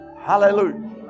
hallelujah